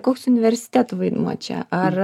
koks universitetų vaidmuo čia ar